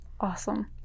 Awesome